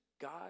god